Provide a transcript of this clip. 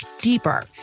deeper